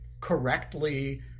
correctly